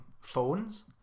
phones